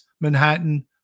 Manhattan